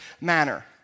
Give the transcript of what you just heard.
manner